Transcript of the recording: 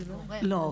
לא.